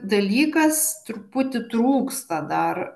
dalykas truputį trūksta dar